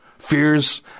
Fears